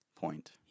point